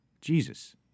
Jesus